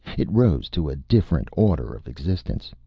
it rose to a different order of existence.